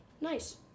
Nice